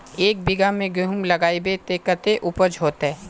एक बिगहा में गेहूम लगाइबे ते कते उपज होते?